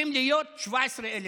(אומר בערבית: